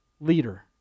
leader